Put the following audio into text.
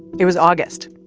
it was august,